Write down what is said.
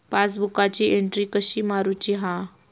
पासबुकाची एन्ट्री कशी मारुची हा?